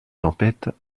tempêtes